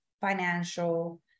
financial